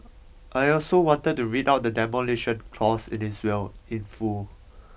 I also wanted to read out the Demolition Clause in his will in full